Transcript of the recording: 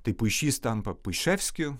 tai puišys tampa puiševskiu